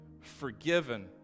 forgiven